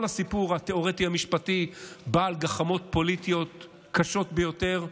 כל הסיפור התיאורטי המשפטי בא על גחמות פוליטיות קשות ביותר,